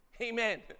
Amen